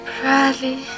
Bradley